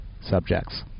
subjects